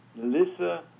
Melissa